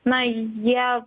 na jie